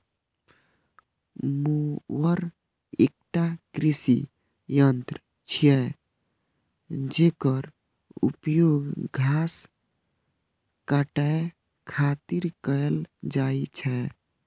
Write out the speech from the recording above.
mower एकटा कृषि यंत्र छियै, जेकर उपयोग घास काटै खातिर कैल जाइ छै